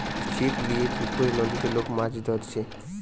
ছিপ লিয়ে পুকুরে, নদীতে লোক মাছ ধরছে